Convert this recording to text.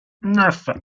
neuf